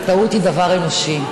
וטעות היא דבר אנושי,